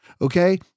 okay